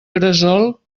cresol